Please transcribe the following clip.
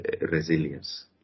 resilience